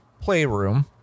playroom